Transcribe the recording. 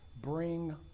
bring